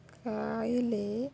ଗାଇଲେ